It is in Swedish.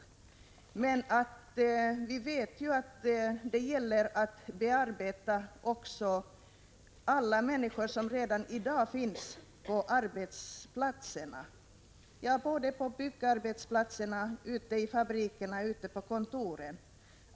Vi vet ju att det gäller att bearbeta alla människor som redan i dag finns på arbetsplatserna — på byggarbetsplatserna, i fabrikerna och på kontoren.